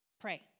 Pray